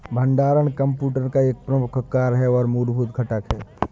भंडारण कंप्यूटर का एक मुख्य कार्य और मूलभूत घटक है